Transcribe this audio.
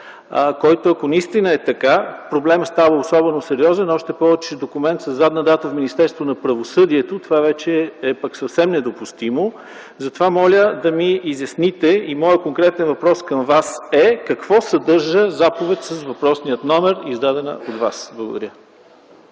който ако наистина е така, проблемът става особено сериозен, още повече, че документ със задна дата в Министерство на правосъдието това вече е съвсем недопустимо. Затова моля да ми изясните и моят конкретен въпрос към Вас е: какво съдържа заповед с въпросния номер издадена от Вас? Благодаря.